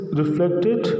reflected